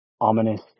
ominous